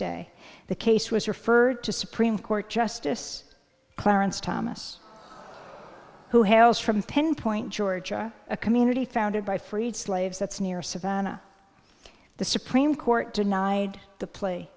stay the case was referred to supreme court justice clarence thomas who hails from ten point ga a community founded by freed slaves that's near savannah the supreme court denied the play